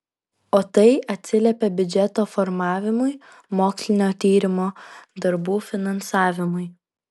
o tai atsiliepia biudžeto formavimui mokslinio tyrimo darbų finansavimui